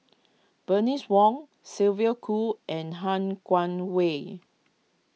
Bernice Wong Sylvia Kho and Han Guangwei